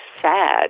sad